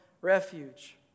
refuge